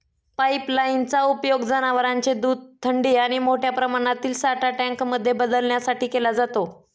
pipeline चा उपयोग जनवरांचे दूध थंडी आणि मोठ्या प्रमाणातील साठा टँक मध्ये बदलण्यासाठी केला जातो